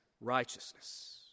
righteousness